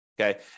Okay